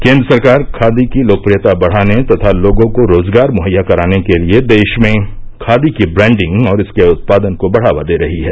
केन्द्र सरकार खादी की लोकप्रियता बढ़ाने तथा लोगों को रोजगार मुहैया कराने के लिए देश में खादी की ब्रैंडिंग और इसके उत्पादन को बढ़ावा दे रही है